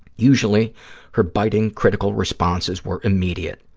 usually her biting, critical responses were immediate.